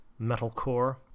Metalcore